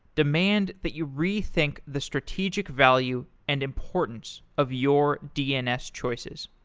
demand that you rethink the strategic value and importance of your dns choices.